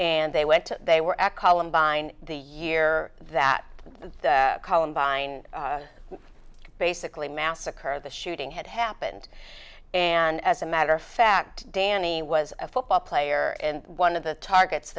to they were at columbine the year that the columbine basically massacre the shooting had happened and as a matter of fact danny was a football player and one of the targets